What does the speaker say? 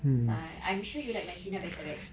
tak I'm sure you like my messina better right